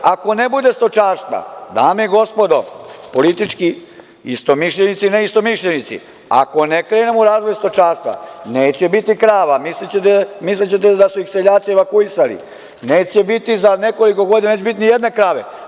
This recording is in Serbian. Ako ne bude stočarstva, dame i gospodo, politički istomišljenici i neistomišljenici, ako ne krenemo u razvoj stočarstva, neće biti krava, misliće da su ih seljaci evakuisali, za nekoliko godina neće biti ni jedne krave.